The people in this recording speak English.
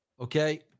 Okay